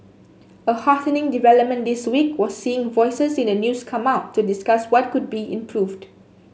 a heartening development this week was seeing voices in the news come out to discuss what could be improved